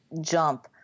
jump